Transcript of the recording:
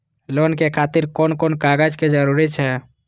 Loan के खातिर कोन कोन कागज के जरूरी छै?